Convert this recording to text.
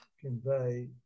convey